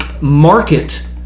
market